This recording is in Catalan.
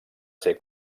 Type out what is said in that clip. ser